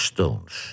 Stones